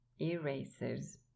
erasers